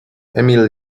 emil